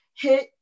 hit